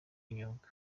imyuga